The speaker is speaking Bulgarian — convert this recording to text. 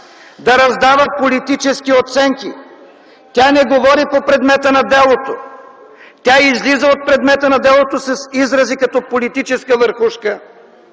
да раздава политически оценки! Тя не говори по предмета на делото, тя излиза от предмета на делото с изрази като: „политическа върхушка”,